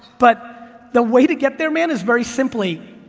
but the way to get there man, is very simply,